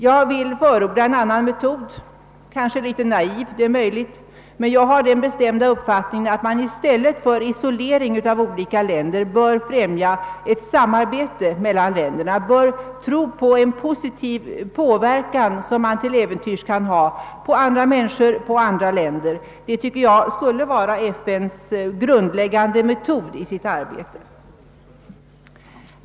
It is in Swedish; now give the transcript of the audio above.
Jag vill förorda en annan metod, kanske en smula naiv, men jag har den bestämda uppfattningen att man i stället för isolering bör främja ett samarbete mellan länderna och tro på en positiv påverkan som man till äventyrs kan ha på andra människor och på andra länder. Jag tycker att detta skulle vara den grundläggande metoden i FN:s arbete.